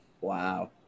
wow